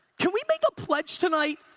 can we make a pledge tonight?